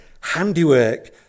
handiwork